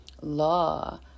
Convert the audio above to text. law